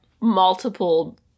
multiple